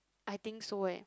I think so eh